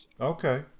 okay